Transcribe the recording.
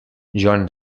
john